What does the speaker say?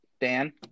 Dan